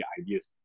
ideas